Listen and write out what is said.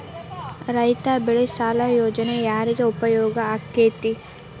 ರೈತ ಬೆಳೆ ಸಾಲ ಯೋಜನೆ ಯಾರಿಗೆ ಉಪಯೋಗ ಆಕ್ಕೆತಿ?